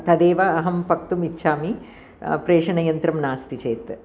तदेव अहं पक्तुम् इच्छामि प्रेषणयन्त्रं नास्ति चेत्